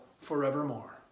forevermore